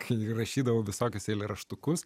kai rašydavau visokius eilėraštukus